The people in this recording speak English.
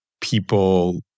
people